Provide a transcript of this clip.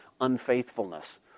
unfaithfulness